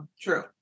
True